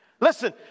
Listen